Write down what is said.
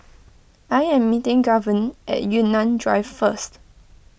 I am meeting Gavyn at Yunnan Drive first